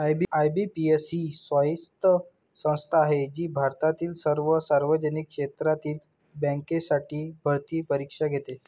IBPS ही स्वायत्त संस्था आहे जी भारतातील सर्व सार्वजनिक क्षेत्रातील बँकांसाठी भरती परीक्षा घेते